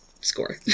score